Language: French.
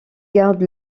gardent